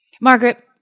Margaret